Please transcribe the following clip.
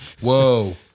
Whoa